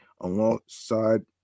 alongside